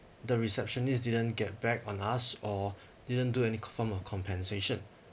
the receptionist didn't get back on us or didn't do any form of compensation